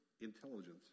intelligence